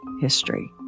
history